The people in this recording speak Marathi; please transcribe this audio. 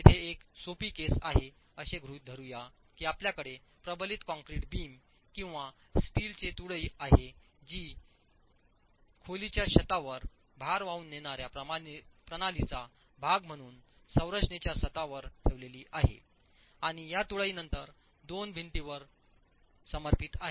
येथे एक सोपी केस आहे असे गृहित धरूया की आपल्याकडे प्रबलित कंक्रीट बीम किंवा स्टीलचे तुळई आहेत जी खोलीच्या छतावर भार वाहून नेणाऱ्या प्रणालीचा भाग म्हणून संरचनेच्या छतावर ठेवली आहेत आणि या तुळई नंतर दोनवर भिंतीवर समर्थित आहे